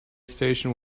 station